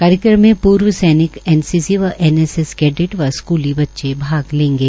कार्यक्रम में पूर्व सैनिक एनसीसी कैडिट व स्कूली बच्चे भाग लेंगे